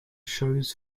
shows